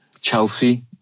Chelsea